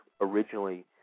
originally